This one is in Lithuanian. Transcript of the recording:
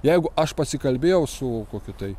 jeigu aš pasikalbėjau su kokiu tai